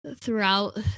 throughout